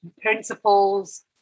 principles